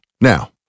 Now